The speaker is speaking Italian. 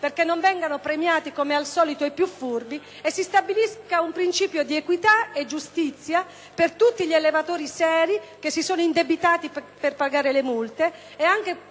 perché non vengano premiati come al solito i più furbi e si stabilisca un principio di equità e giustizia per tutti gli allevatori seri che si sono indebitati per pagare le multe